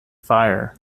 fire